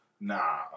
Nah